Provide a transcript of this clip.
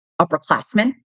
upperclassmen